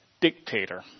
dictator